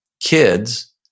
kids